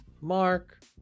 Mark